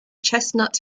chestnut